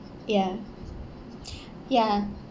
ya ya